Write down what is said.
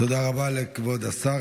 תודה רבה לכבוד השר.